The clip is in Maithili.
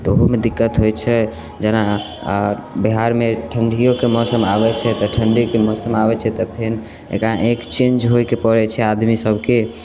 तऽ ओहोमे दिक्कत होएत छै जेना बिहारमे ठण्डिओके मौसम आबैत छै तऽ ठण्डीके मौसम आबैत छै तऽ फेन एकाएक चेंज होएके पड़ैत छै आदमी सबके